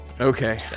okay